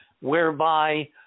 whereby